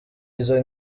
izo